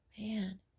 man